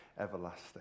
everlasting